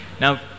Now